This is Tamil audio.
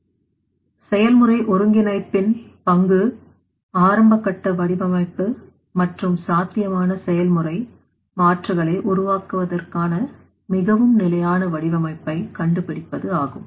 Refer Slide Time 1236 செயல்முறை ஒருங்கிணைப்பின் பங்கு ஆரம்பகட்ட வடிவமைப்பு மற்றும் சாத்தியமான செயல்முறை மாற்றுகளை உருவாக்குவதற்கான மிகவும் நிலையான வடிவமைப்பை கண்டுபிடிப்பது ஆகும்